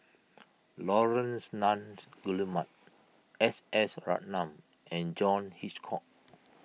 Laurence Nunns Guillemard S S Ratnam and John Hitchcock